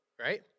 right